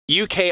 UK